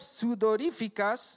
sudoríficas